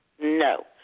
No